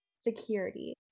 security